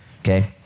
Okay